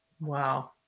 Wow